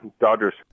Dodgers